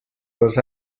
les